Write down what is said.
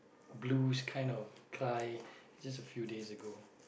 blues kind of cry just a few days ago